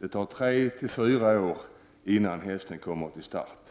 och sedan tar det tre å fyra år innan hästen kommer till start.